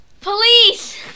Police